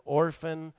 orphan